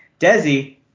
Desi